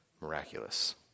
Miraculous